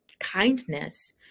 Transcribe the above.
kindness